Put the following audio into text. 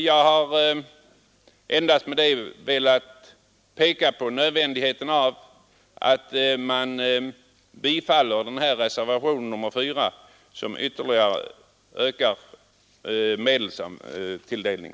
Jag har med dessa ord endast velat peka på nödvändigheten av ett bifall till reservationen 4 om ytterligare ökad medelstilldelning.